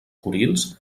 kurils